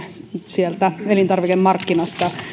sieltä elintarvikemarkkinasta